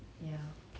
mm